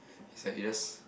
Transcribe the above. he said yes